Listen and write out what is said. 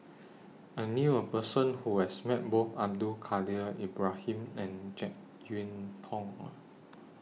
I knew A Person Who has Met Both Abdul Kadir Ibrahim and Jek Yeun Thong